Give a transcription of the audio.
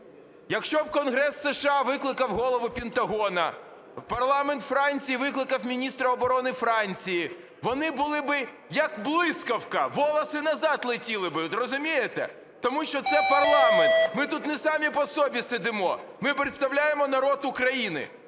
Якщо б Конгрес США викликав голову Пентагону, парламент Франції викликав міністра оборони Франції, вони були би, як блискавка, волосы назад летіли би, розумієте? Тому що це парламент, ми тут не самі по собі сидимо, ми представляємо народ України